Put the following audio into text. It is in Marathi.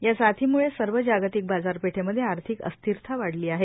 या साथीमुळे सर्व जागतिक बाजारपेठेमध्ये आर्थिक अस्थिरता वाढली आहे